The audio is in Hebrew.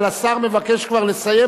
אבל השר מבקש כבר לסיים.